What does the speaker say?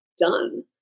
done